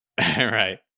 right